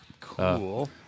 Cool